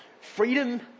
Freedom